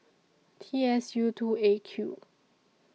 T S U two A Q